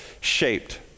shaped